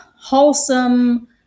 wholesome